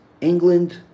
England